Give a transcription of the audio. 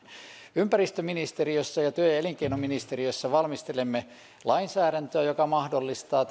ympäristöministeriössä ja työ ja elinkeinoministeriössä valmistelemme lainsäädäntöä joka mahdollistaa